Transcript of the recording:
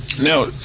now